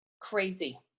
Crazy